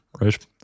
right